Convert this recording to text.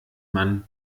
man